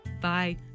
bye